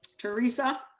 teresa.